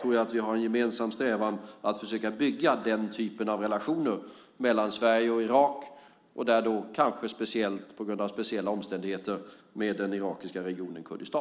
tror att vi har en gemensam strävan att försöka bygga den typen av relationer mellan Sverige och Irak och kanske speciellt, på grund av speciella omständigheter, med den irakiska regionen Kurdistan.